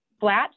flat